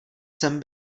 sem